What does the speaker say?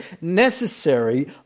necessary